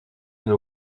une